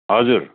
हजुर